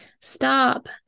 Stop